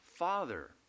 Father